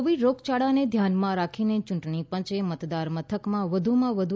Covid રોગયાળાને ધ્યાનમાં રાખીને ચૂંટણી પંચે મતદાન મથકમાં વધુમાં વધુ